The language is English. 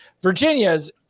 Virginia's